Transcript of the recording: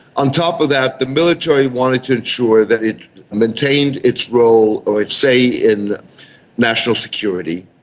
on top of that, the military wanted to ensure that it maintained its role or its say in national security,